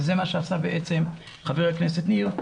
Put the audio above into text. וזה מה שעשה בעצם חבר הכנסת ניר.